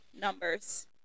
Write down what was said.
numbers